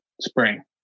spring